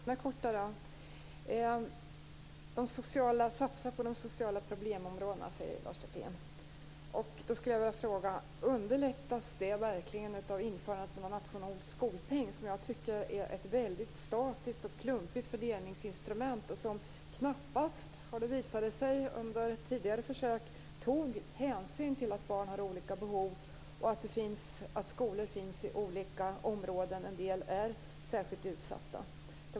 Fru talman! Jag har några korta reflexioner. Satsa på de sociala problemområdena, sade Lars Hjertén. Då skulle jag vilja fråga: Underlättas det verkligen av införandet av en nationell skolpeng? Jag tycker att det är ett väldigt statiskt och klumpigt fördelningsinstrument. Vid tidigare försök har det också visat sig att det knappast tog hänsyn till att barn har olika behov och att skolor finns i olika områden, där en del är särskilt utsatta.